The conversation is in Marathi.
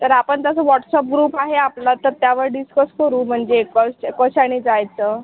तर आपण तसं वॉट्सअप ग्रुप आहे आपला तर त्यावर डिस्कस करू म्हणजे कश कशाने जायचं